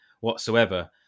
whatsoever